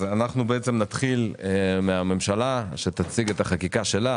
נתחיל בממשלה שתציג את החקיקה שלה,